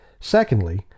Secondly